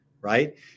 right